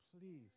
please